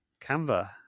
Canva